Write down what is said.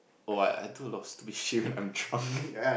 oh I I do a lot of stupid shits when I'm drunk